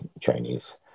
Chinese